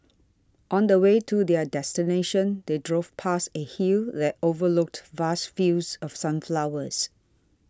on the way to their destination they drove past a hill that overlooked vast fields of sunflowers